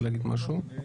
קודם